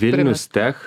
vilnius tech